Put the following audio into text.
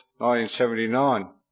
1979